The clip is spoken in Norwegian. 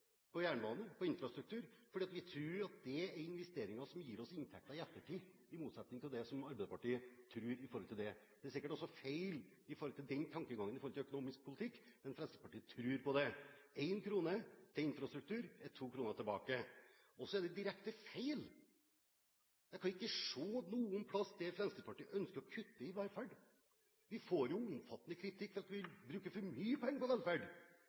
på jernbane og på infrastruktur fordi vi tror at det er investeringer som vil gi oss inntekter i ettertid, i motsetning til det som Arbeiderpartiet tror. Det er sikkert også feil i forhold til tankegangen om økonomisk politikk, men Fremskrittspartiet tror på det. En krone til infrastruktur er to kroner tilbake. Og så er det direkte feil – jeg kan ikke se noe sted at Fremskrittspartiet ønsker å kutte i velferd. Vi får jo omfattende kritikk for at vi vil bruke for mye penger på velferd.